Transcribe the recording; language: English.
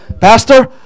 pastor